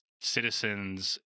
citizens